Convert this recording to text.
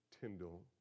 Tyndall